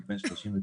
אני בן 39,